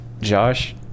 Josh